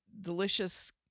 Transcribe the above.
delicious